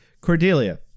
Cordelia